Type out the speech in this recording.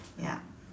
ya